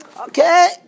Okay